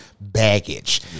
Baggage